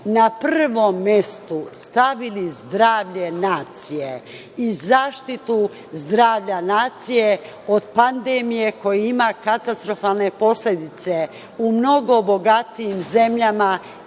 na prvom mestu stavili zdravlje nacije i zaštitu zdravlja nacije od pandemije koji ima katastrofalne posledice u mnogo bogatijim zemljama